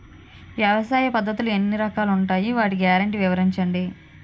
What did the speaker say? వ్యవసాయ పద్ధతులు ఎన్ని రకాలు ఉంటాయి? వాటి గ్యారంటీ వివరించండి?